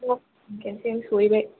औ खेनसेनो सहैबाय